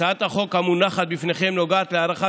הצעת החוק המונחת בפניכם נוגעת להארכה